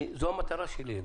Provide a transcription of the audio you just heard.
זו המטרה שלי,